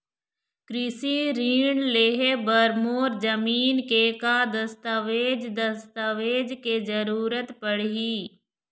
कृषि ऋण लेहे बर मोर जमीन के का दस्तावेज दस्तावेज के जरूरत पड़ही?